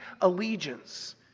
allegiance